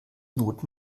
not